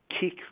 Kick